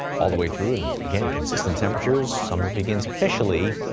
all the way through and again consistent temperatures summer begins officially.